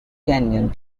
canyon